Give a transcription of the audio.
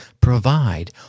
provide